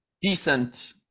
decent